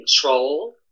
control